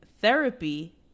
Therapy